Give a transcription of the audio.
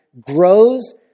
grows